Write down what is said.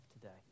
today